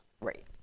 Right